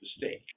mistake